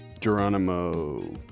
Geronimo